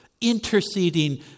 interceding